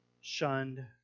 shunned